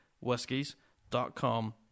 whiskies.com